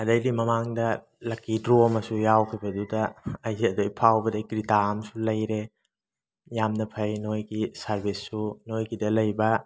ꯑꯗꯩꯗꯤ ꯃꯃꯥꯡꯗ ꯂꯛꯀꯤ ꯗ꯭ꯔꯣ ꯑꯃꯁꯨ ꯌꯥꯎꯈꯤꯕꯗꯨꯗ ꯑꯩꯁꯦ ꯑꯗꯩ ꯐꯥꯎꯕꯗꯩ ꯀ꯭ꯔꯤꯇꯥ ꯑꯃꯁꯨ ꯂꯩꯔꯦ ꯌꯥꯝꯅ ꯐꯩ ꯅꯣꯏꯒꯤ ꯁꯥꯔꯕꯤꯁꯁꯨ ꯅꯣꯏꯒꯤꯗ ꯂꯩꯕ